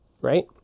right